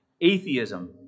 Atheism